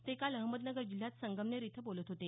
ते काल अहमदनगर जिल्ह्यात संगमनेर इथं बोलत होते